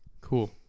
Cool